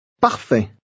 Parfait